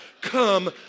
come